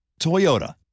Toyota